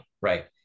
right